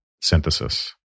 synthesis